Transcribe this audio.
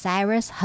Cyrus